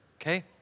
okay